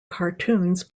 cartoons